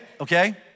okay